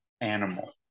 animal